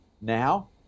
now